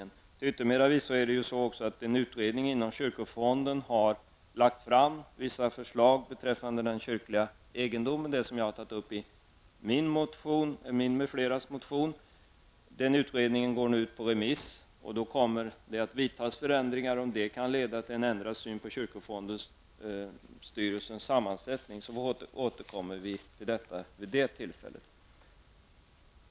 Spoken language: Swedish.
Till yttermera visso har en utredning inom kyrkofonden lagt fram vissa förslag beträffande den kyrkliga egendomen. Det har jag tagit upp i den motion som jag tillsammans med andra har skrivit. Den utredningen går nu på remiss. Med det förslaget kommer förändringar att vidtas. Om det kan leda till en ändrad syn på kyrkofondens styrelses sammansättning återkommer vi till detta vid det tillfället.